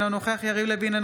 אינו נוכח יריב לוין,